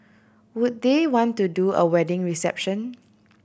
would they want to do a wedding reception